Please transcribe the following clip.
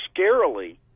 scarily